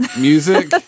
Music